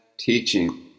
teaching